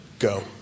go